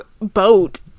boat